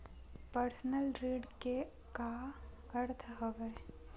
Personal ऋण के का अर्थ हवय?